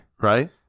Right